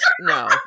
no